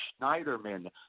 Schneiderman